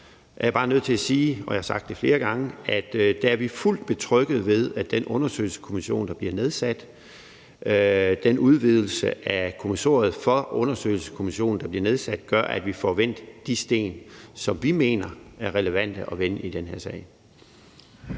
er jeg bare nødt til at sige, og jeg har sagt det flere gange – er det sådan, at vi er fuldt betryggede ved, at den undersøgelseskommission, der bliver nedsat, og den udvidelse af kommissoriet for den undersøgelseskommission, der bliver nedsat, gør, at vi får vendt de sten, som vi mener er relevante at vende i den her sag.